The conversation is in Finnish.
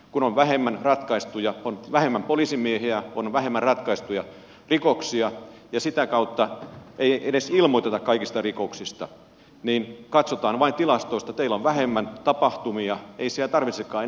kun on vähemmän poliisimiehiä on vähemmän ratkaistuja rikoksia ja sitä kautta ei edes ilmoiteta kaikista rikoksista jolloin katsotaan vain tilastoista että teillä on vähemmän tapahtumia ei siellä tarvitsekaan enää niin paljon poliisimiehiä